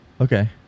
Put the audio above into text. Okay